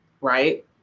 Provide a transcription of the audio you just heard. right